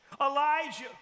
Elijah